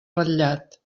ratllat